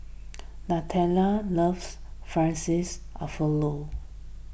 Nataly loves Fettuccine's Alfredo